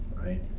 right